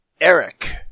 Eric